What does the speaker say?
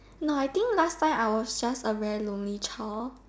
no I think last time I was just a very lonely child